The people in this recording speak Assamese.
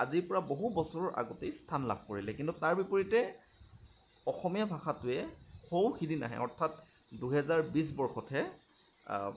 আজিৰ পৰা বহু বছৰ আগতেই স্থান লাভ কৰিলে কিন্তু তাৰ বিপৰীতে অসমীয়া ভাষাটোয়ে সৌ সিদিনাহে অৰ্থাৎ দুহেজাৰ বিছ বৰ্ষতহে